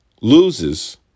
Loses